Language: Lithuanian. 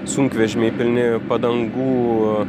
sunkvežimiai pilni padangų